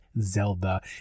Zelda